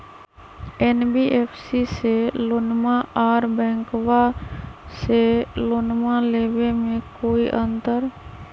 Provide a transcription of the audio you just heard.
NBFC से लोनमा आर बैंकबा से लोनमा ले बे में कोइ अंतर?